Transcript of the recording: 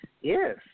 Yes